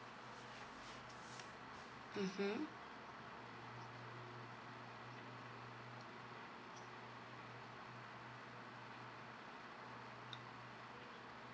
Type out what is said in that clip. mmhmm